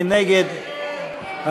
מי נגד ההסתייגויות?